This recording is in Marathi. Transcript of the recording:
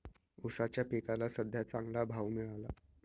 ऊसाच्या पिकाला सद्ध्या चांगला भाव मिळाला